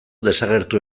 desagertu